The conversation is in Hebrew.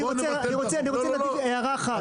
אני רוצה להגיד הערה אחת.